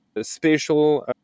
spatial